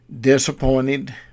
disappointed